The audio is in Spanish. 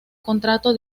contrato